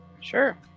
Sure